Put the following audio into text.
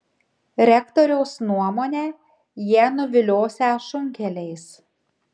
rektoriaus nuomone jie nuviliosią šunkeliais